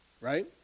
right